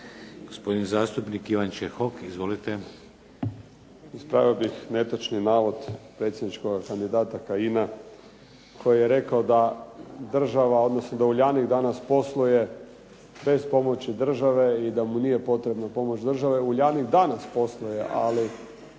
Gospodin zastupnik Ivan Čehok. Izvolite. **Čehok, Ivan (HSLS)** Ispravio bih netočni navod predsjedničkoga kandidata Kajina koji je rekao da država, odnosno da Uljanik danas posluje bez pomoći države i da mu nije potrebna pomoć države. Uljanik danas posluje, ali